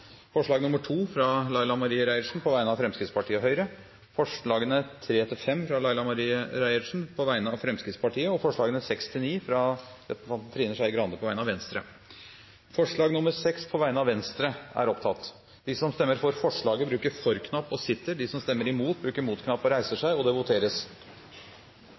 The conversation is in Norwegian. forslag. Det er forslag nr. 1, fra Laila Marie Reiertsen på vegne av Fremskrittspartiet, Høyre og Kristelig Folkeparti forslag nr. 2, fra Laila Marie Reiertsen på vegne av Fremskrittspartiet og Høyre forslagene nr. 3–5, fra Laila Marie Reiertsen på vegne av Fremskrittspartiet forslagene nr. 6–9, fra Trine Skei Grande på vegne av Venstre Det voteres